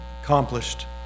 accomplished